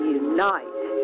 unite